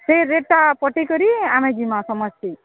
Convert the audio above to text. ସେ ରେଟ୍ଟା ପଟି କରି ଆମେ ଯିମା ସମସ୍ତେ